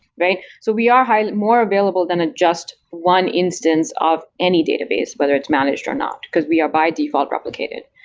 right? so we are more available than ah just one instance of any database, whether it's managed or not, because we are by default replicated.